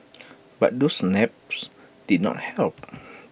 but those naps did not help